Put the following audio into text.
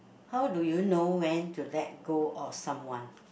how do you know when to let go of someone